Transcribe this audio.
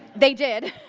they did.